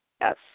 Yes